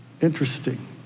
Interesting